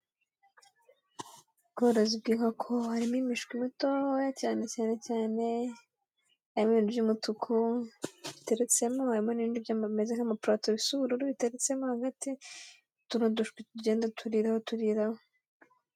Ubworozi bw'inkoko harimo imishwi butoya cyane cyane cyane, harimo ibintu by'umutuku biteretsemo harimo n'ibindi bimeze nk'amaparato bisa ubururu biteretsemo hagati utundi dushwi tugenda turiraho turiraho.